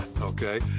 okay